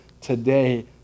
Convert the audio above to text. today